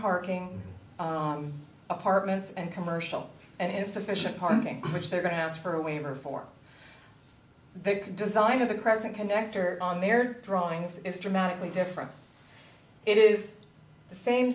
parking apartments and commercial and insufficient parking which they're going to ask for a waiver for the design of the present connector on their drawings is dramatically different it is the same